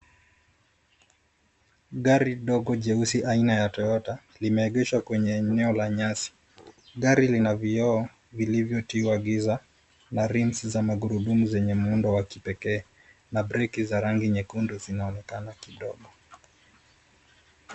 Gari dogo jeusi aina ya Toyota , limeegeshwa kwenye eneo la nyasi. Gari lina vioo vilivyotiwa giza na rims za magurudumu zenye miundo ya kipekee na breki za rangi nyekundu zinaonekana kidogo.